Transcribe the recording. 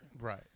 Right